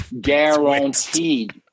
Guaranteed